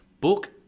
book